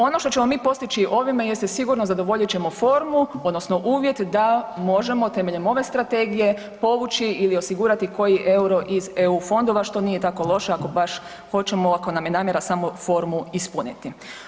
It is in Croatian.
Ono što ćemo mi postići ovime, jeste sigurno zadovoljit ćemo formu odnosno uvjet da možemo temeljem ove Strategije povući ili osigurati koji euro iz EU fondova što nije tako loše ako baš hoćemo ako nam je namjera samo formu ispuniti.